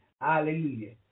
Hallelujah